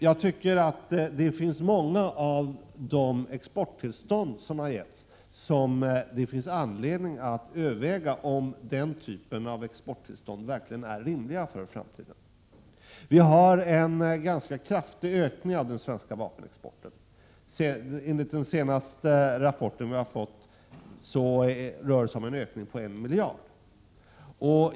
Jag tycker att många av de exporttillstånd som har lämnats är av den typen att det finns anledning att överväga om de verkligen är rimliga för framtiden. Vi har fått en ganska kraftig ökning av den svenska vapenexporten. Enligt den senaste rapporten rör det sig om en ökning om 1 miljard.